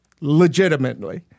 legitimately